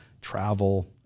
travel